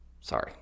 Sorry